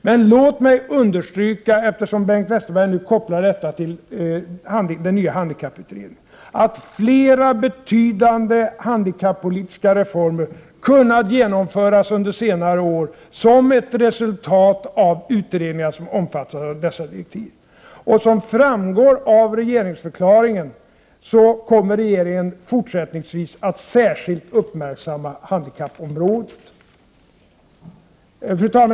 Men låt mig understryka, eftersom Bengt Westerberg har kopplat sina uttalanden till den nya handikapputredningen, att flera betydande handikappolitiska reformer har kunnat genomföras under senare år som ett resultat av utredningar som omfattas av dessa direktiv. Som framgår av regeringsförklaringen kommer regeringen fortsättningsvis att särskilt uppmärksamma handikappområdet. Fru talman!